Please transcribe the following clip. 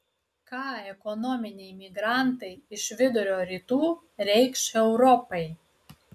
ką ekonominiai migrantai iš vidurio rytų reikš europai